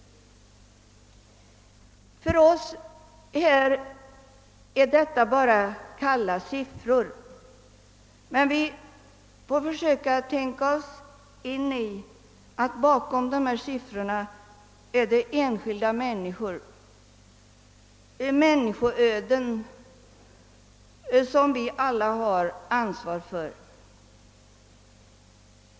För oss här är detta bara kalla siffror, men vi får försöka tänka oss in i att bakom dessa siffror finns det enskilda människoöden som vi alla har ansvar för.